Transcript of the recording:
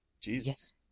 Jesus